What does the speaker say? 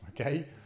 okay